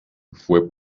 fue